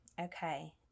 Okay